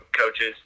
coaches